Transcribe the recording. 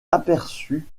aperçu